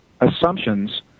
assumptions